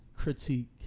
critique